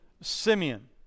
Simeon